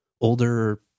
older